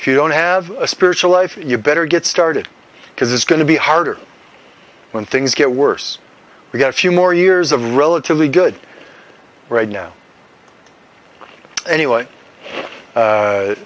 if you don't have a spiritual life you better get started because it's going to be harder when things get worse we've got a few more years of relatively good right now anyway